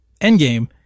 Endgame